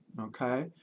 Okay